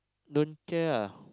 don't care ah